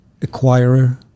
acquirer